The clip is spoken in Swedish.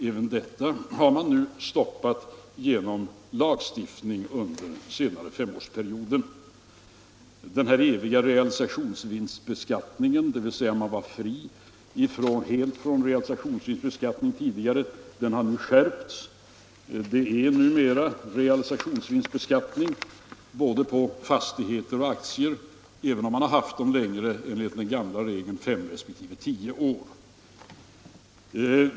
Även detta har man nu stoppat genom "lagstiftning under den senaste femårsperioden. Så har vi den här eviga frågan om realisationsvinstbeskattningen. Tidigare var man helt fri från realisationsvinstbeskattning, men reglerna har skärpts. Det är numera realisationsvinstbeskattning både på fastigheter och på aktier, även om man har haft dem längre än — som enligt den gamla regeln — fem resp. tio år.